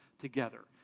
together